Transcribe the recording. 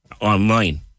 online